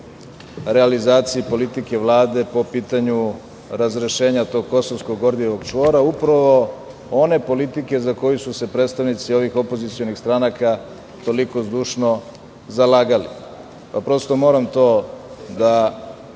realizaciji politike Vlade po pitanju razrešenja tog Kosovskog Gordijevog čvora, upravo one politike za koju su se predstavnici ovih opozicionih stranaka toliko zdušno zalagali, pa prosto moram da